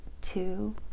two